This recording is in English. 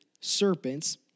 serpents